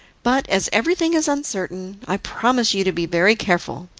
but as everything is uncertain, i promise you to be very careful.